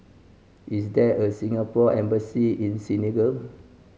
is there a Singapore Embassy in Senegal